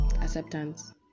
acceptance